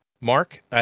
Mark